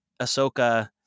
Ahsoka